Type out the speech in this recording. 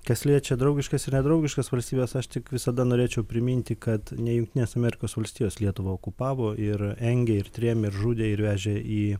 kas liečia draugiškas ir nedraugiškas valstybes aš tik visada norėčiau priminti kad ne jungtinės amerikos valstijos lietuvą okupavo ir engė ir trėmė žudė ir vežė į